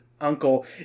uncle